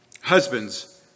husbands